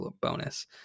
bonus